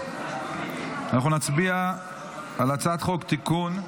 אנחנו נצביע על הצעת חוק החברות (תיקון,